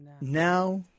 now